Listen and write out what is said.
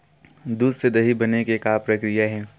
दूध से दही बने के का प्रक्रिया हे?